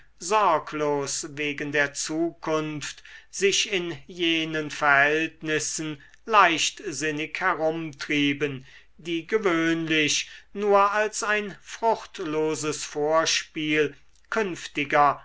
sorglos wegen der zukunft sich in jenen verhältnissen leichtsinnig herumtrieben die gewöhnlich nur als ein fruchtloses vorspiel künftiger